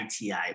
ITI